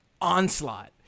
onslaught